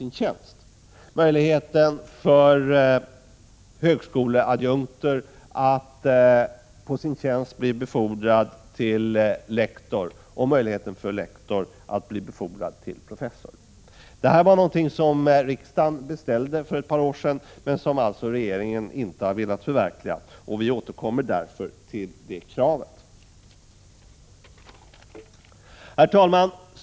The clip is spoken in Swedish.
Det gäller möjligheterna för högskoleadjunkt att på sin tjänst bli befordrad till lektor och möjligheten för lektor att bli befordrad till professor. Detta beställde riksdagen för ett par år sedan, men regeringen har alltså inte velat förverkliga det. Vi återkommer därför till detta krav. Herr talman!